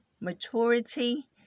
maturity